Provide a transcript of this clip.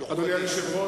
אדוני היושב-ראש,